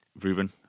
Ruben